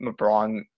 LeBron